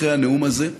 אחרי הנאום הזה.